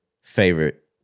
favorite